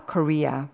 Korea